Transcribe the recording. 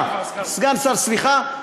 סגן השר, סליחה.